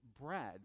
bread